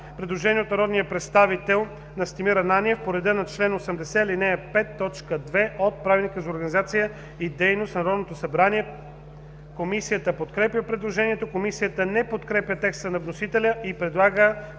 Предложение от народния представител Настимир Ананиев по реда на чл. 80, ал. 5, т. 2 от Правилника за организацията и дейността на Народното събрание. Комисията подкрепя предложението. Комисията не подкрепя текста на вносителя и предлага